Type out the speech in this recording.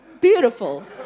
Beautiful